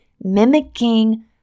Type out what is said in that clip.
mimicking